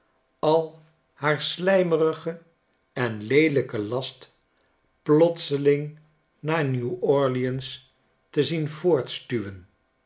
al haar slijmerigen en leelijken last plotseling naar new orleans te zien voortstuwen